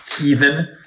heathen